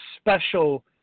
special